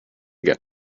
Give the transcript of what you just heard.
get